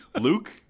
Luke